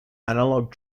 analog